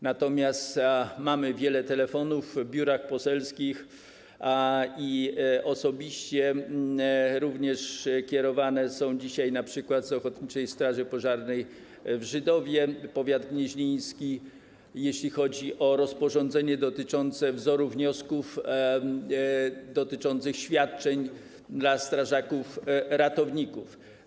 Natomiast mamy wiele telefonów w biurach poselskich i są one również osobiście kierowane dzisiaj np. z Ochotniczej Straży Pożarnej w Żydowie, powiat gnieźnieński, jeśli chodzi o rozporządzenie dotyczące wzoru wniosków dotyczących świadczeń dla strażaków ratowników.